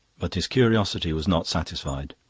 but his curiosity was not satisfied.